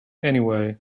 anyway